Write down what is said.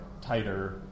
tighter